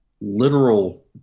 literal